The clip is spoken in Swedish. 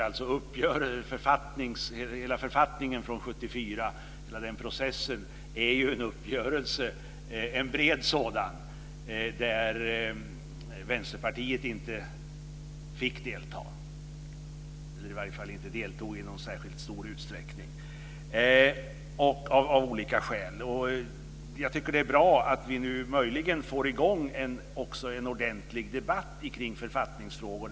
Hela författningen från 1974, hela den processen, är ju en bred uppgörelse där Vänsterpartiet inte fick delta - eller i alla fall inte deltog i någon särskilt stor utsträckning - av olika skäl. Jag tycker att det är bra att vi nu möjligen också får i gång en ordentlig debatt i författningsfrågor.